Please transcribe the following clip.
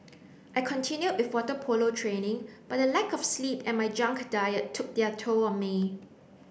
I continued with water polo training but the lack of sleep and my junk diet took their toll on me